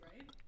right